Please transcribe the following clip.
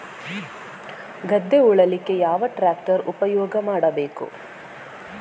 ಗದ್ದೆ ಉಳಲಿಕ್ಕೆ ಯಾವ ಟ್ರ್ಯಾಕ್ಟರ್ ಉಪಯೋಗ ಮಾಡಬೇಕು?